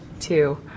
two